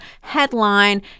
headline